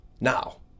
Now